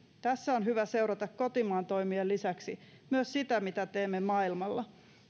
tässä on hyvä seurata kotimaan toimien lisäksi myös sitä mitä teemme maailmalla